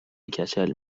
کچل